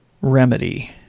remedy